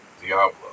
Diablo